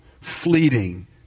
fleeting